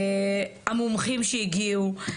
המומחים שהגיעו,